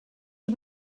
you